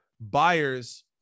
Buyers